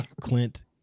Clint